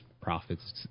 profits